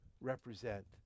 represent